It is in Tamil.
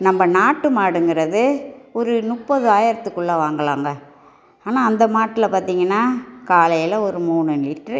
நம்ம நாட்டு மாடுங்குறது ஒரு முப்பதாயிரத்துக்குள்ள வாங்கலாங்கள் ஆனால் அந்த மாட்டுல பார்த்திங்கன்னா காலையில் ஒரு மூணு லிட்டர்